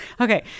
okay